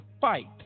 fight